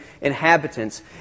inhabitants